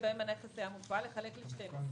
שבהם הנכס היה מופעל לחלק ל-12.